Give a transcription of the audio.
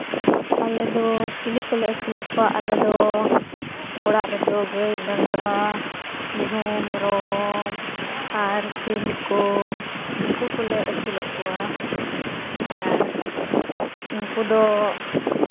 ᱟᱞᱮ ᱫᱚ ᱪᱤᱞᱤ ᱠᱚᱞᱮ ᱟᱹᱥᱩᱞᱮᱫ ᱠᱚᱣᱟ ᱟᱞᱮ ᱫᱚ ᱚᱲᱟᱜ ᱨᱮᱫᱚ ᱜᱟᱹᱭ ᱰᱟᱝᱨᱟ ᱢᱤᱦᱩ ᱢᱮᱨᱚᱢ ᱟᱨ ᱥᱤᱢ ᱠᱚ ᱩᱱᱠᱩ ᱠᱚᱞᱮ ᱟᱹᱥᱩᱞᱮᱫ ᱠᱚᱣᱟ ᱟᱨ ᱩᱱᱠᱩ ᱫᱚ